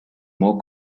more